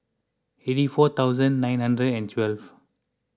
eighty four thousand nine ninety and twelve